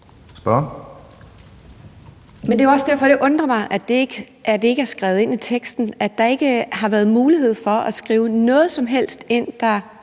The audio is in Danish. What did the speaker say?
det er også derfor, at det undrer mig, at det ikke er skrevet ind i teksten, og at der ikke har været mulighed for at skrive noget som helst ind, der